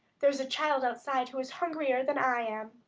there is a child outside who is hungrier than i am.